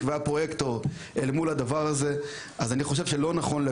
לראשונה יש מפיק והוא זה שאמון על